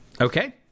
Okay